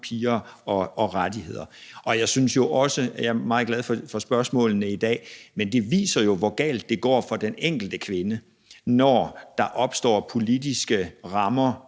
piger og rettigheder. Jeg er meget glad for spørgsmålene i dag, men det viser jo, hvor galt det går for den enkelte kvinde, når der opstår politiske